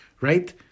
right